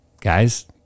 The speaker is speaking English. guys